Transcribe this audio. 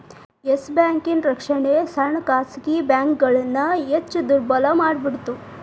S ಬ್ಯಾಂಕಿನ್ ರಕ್ಷಣೆ ಸಣ್ಣ ಖಾಸಗಿ ಬ್ಯಾಂಕ್ಗಳನ್ನ ಹೆಚ್ ದುರ್ಬಲಮಾಡಿಬಿಡ್ತ್